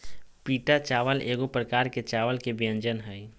पीटा चावल एगो प्रकार के चावल के व्यंजन हइ